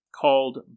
called